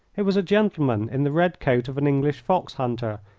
it was a gentleman in the red coat of an english fox-hunter,